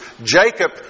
Jacob